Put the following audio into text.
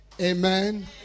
Amen